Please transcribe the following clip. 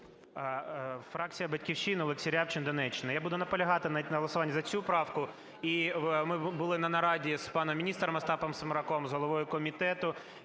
Фракція "Батьківщина", Олексій Рябчин, Донеччина. Я буду наполягати навіть на голосуванні за цю правку. І ми були на нараді з паном міністром Остапом Семераком, з головою комітету,